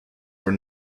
are